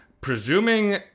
presuming